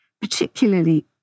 particularly